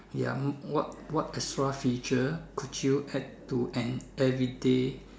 ya what what extra feature could you add to an everyday